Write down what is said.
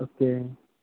okay